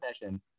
session